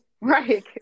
Right